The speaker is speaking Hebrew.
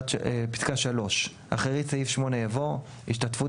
פסקה 3. (3) אחרי סעיף 8 יבוא: "השתתפות